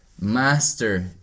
master